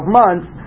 months